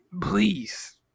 please